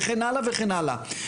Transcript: וכן הלאה וכן הלאה.